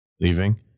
leaving